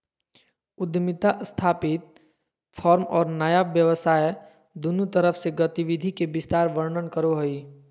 उद्यमिता स्थापित फर्म और नया व्यवसाय दुन्नु तरफ से गतिविधि के विस्तार वर्णन करो हइ